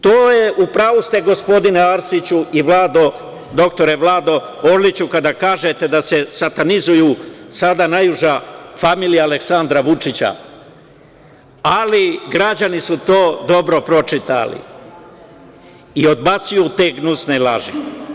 To je, u pravu ste gospodine Arsiću i Vlado, dr Vlado Orliću, kada kažete da se satanizuju sada najuža familija Aleksandra Vučića, ali građani su to dobro pročitali i odbacuju te gnusne laži.